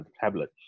tablet